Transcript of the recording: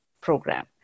program